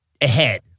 ahead